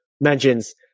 mentions –